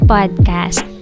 Podcast